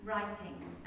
Writings